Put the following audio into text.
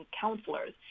counselors